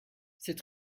c’est